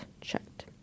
checked